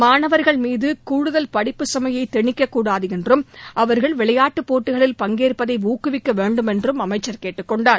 மாணவர்கள் மீது கூடுதல் படிப்பு குமையை திணிக்கக்கூடாது என்றும் அவர்கள் விளையாட்டுப் போட்டிகளில் பங்கேற்பதை ஊக்குவிக்கவேண்டும் என்றும் அளமச்சர் கேட்டுக்கொண்டார்